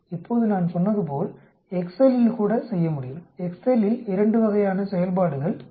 இப்போது நான் சொன்னது போல் எக்செல் கூட செய்ய முடியும் எக்செல் இல் இரண்டு வகையான செயல்பாடுகள் உள்ளன